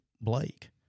Blake